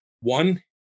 one